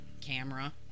camera